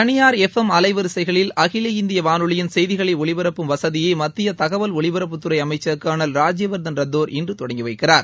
தனியார் எப் எம் அலைவரிசைகளில் அகில இந்திய வானொலியின் செய்திகளை ஒலிபரப்பும் வசதியை மத்திய தகவல் ஒலிபரப்புத்துறை அமைச்ச் சா்னா் ராஜ்ய வா்தன் ரத்தோா் இன்று தொடங்கி வைக்கிறார்